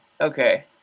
okay